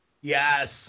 Yes